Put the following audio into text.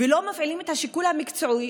ולא מפעילים את השיקול המקצועי,